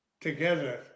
together